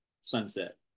sunset